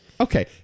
Okay